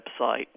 website